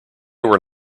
were